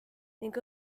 ning